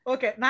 Okay